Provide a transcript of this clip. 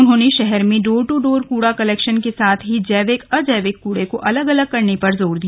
उन्होने शहर में डोर टू डोर कूड़ा कलेक्शन के साथ ही जैविक अजैविक कूड़े को अलग अलग करने पर जोर दिया